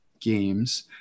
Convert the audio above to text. Games